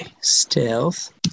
Stealth